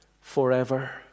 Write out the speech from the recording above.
forever